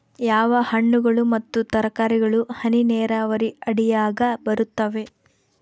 ಯಾವ ಹಣ್ಣುಗಳು ಮತ್ತು ತರಕಾರಿಗಳು ಹನಿ ನೇರಾವರಿ ಅಡಿಯಾಗ ಬರುತ್ತವೆ?